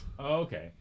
Okay